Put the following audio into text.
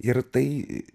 ir tai